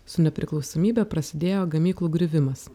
su nepriklausomybe prasidėjo gamyklų griuvimas